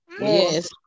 Yes